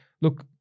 look